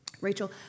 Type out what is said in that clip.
Rachel